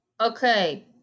Okay